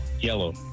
Yellow